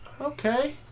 Okay